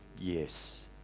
yes